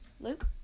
Luke